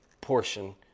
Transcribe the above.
portion